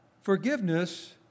forgiveness